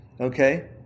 okay